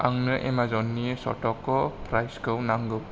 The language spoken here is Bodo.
आंनो एमाजननि स्ट'क प्राइसखौ नांगौ